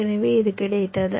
எனவே இது கிடைத்தது